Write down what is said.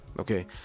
okay